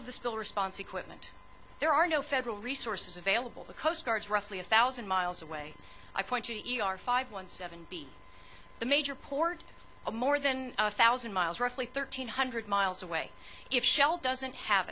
of the spill response equipment there are no federal resources available the coast guard's roughly a thousand miles away i point to e r five one seven b the major port a more than a thousand miles roughly thirteen hundred miles away if shell doesn't have